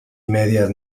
medias